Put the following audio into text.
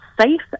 safe